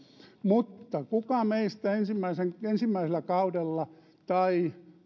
mutta kuka meistä ensimmäisen ensimmäisellä kaudella tai